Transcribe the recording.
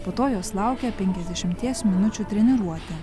po to jos laukia penkiasdešimties minučių treniruotė